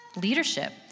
leadership